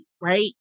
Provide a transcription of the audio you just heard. right